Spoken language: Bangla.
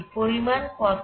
এর পরিমাণ কত